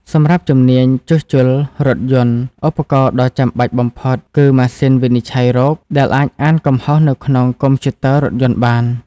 សម្រាប់ជំនាញ ជួសជុលរថយន្ត ឧបករណ៍ដ៏ចាំបាច់បំផុតគឺ ម៉ាស៊ីនវិនិច្ឆ័យរោគ ដែលអាចអានកំហុសនៅក្នុងកុំព្យូទ័ររថយន្តបាន។